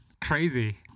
Crazy